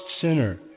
sinner